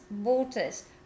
waters